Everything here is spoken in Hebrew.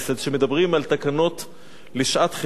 כשמדברים על עקרונות לשעת-חירום,